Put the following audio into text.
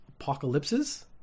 Apocalypses